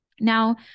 Now